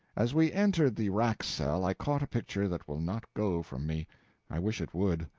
as we entered the rack-cell i caught a picture that will not go from me i wish it would.